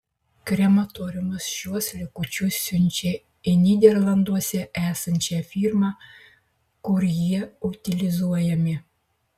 krematoriumas šiuos likučius siunčia į nyderlanduose esančią firmą kur jie utilizuojami